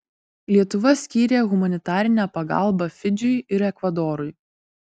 lietuva skyrė humanitarinę pagalbą fidžiui ir ekvadorui